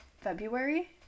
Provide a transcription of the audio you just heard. February